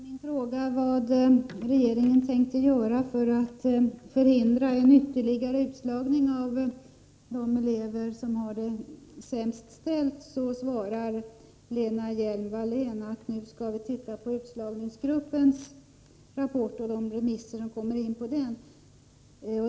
Herr talman! På min fråga vad regeringen tänker göra för att förhindra en ytterligare utslagning av de elever som har det sämst ställt svarar Lena Hjelm-Wallén, att nu skall vi titta på utslagningsgruppens rapport och de remissvar som kommer in när det gäller den.